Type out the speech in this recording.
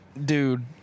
dude